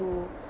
to